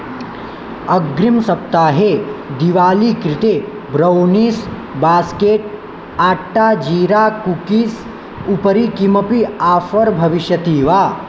अग्रिम सप्ताहे दीपावली कृते ब्रौनीस् बास्केट् आट्टा जीरा कुक्कीस् उपरि किमपि आफ़र् भविष्यति वा